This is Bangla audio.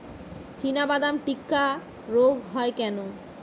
চিনাবাদাম টিক্কা রোগ হয় কেন?